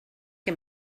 que